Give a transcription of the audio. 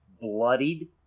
bloodied